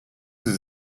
sie